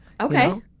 Okay